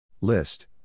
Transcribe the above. List